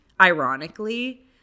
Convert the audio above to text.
ironically